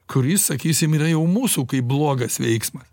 kuris sakysim yra jau mūsų kaip blogas veiksmas